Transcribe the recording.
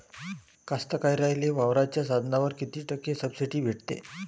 कास्तकाराइले वावराच्या साधनावर कीती टक्के सब्सिडी भेटते?